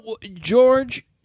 George